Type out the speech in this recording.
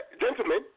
gentlemen